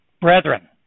brethren